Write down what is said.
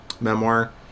memoir